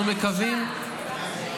חוסר אחריות.